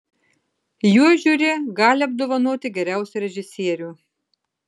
juo žiuri gali apdovanoti geriausią režisierių